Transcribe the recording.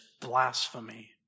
blasphemy